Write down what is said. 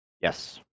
Yes